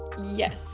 Yes